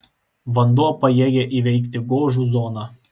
vanduo pajėgia įveikti gožų zoną